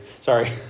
Sorry